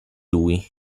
lui